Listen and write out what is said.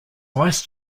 vice